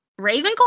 Ravenclaw